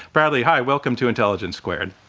bradley, hi, welcome to intelligence squared.